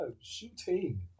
Shooting